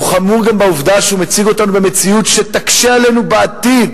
בגלל העובדה שזה מציב אותנו במציאות שתקשה עלינו בעתיד